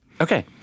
Okay